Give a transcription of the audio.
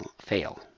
fail